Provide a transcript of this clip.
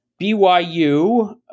BYU